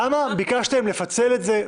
למה ביקשתם לפצל את זה?